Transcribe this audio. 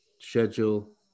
schedule